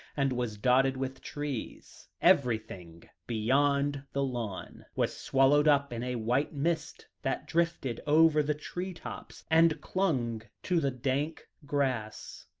and was dotted with trees. everything beyond the lawn was swallowed up in a white mist that drifted over the tree-tops, and clung to the dank grass,